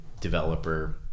developer